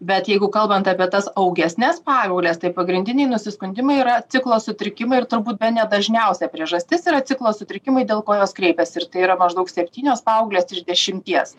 bet jeigu kalbant apie tas augesnes paaugles tai pagrindiniai nusiskundimai yra ciklo sutrikimai ir turbūt bene dažniausia priežastis yra ciklo sutrikimai dėl ko jos kreipiasi ir tai yra maždaug septynios paauglės iš dešimties